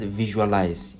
visualize